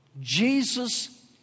Jesus